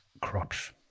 crops